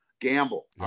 gamble